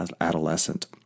adolescent